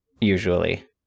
usually